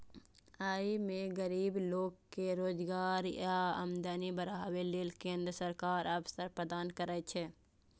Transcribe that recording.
अय मे गरीब लोक कें रोजगार आ आमदनी बढ़ाबै लेल केंद्र सरकार अवसर प्रदान करै छै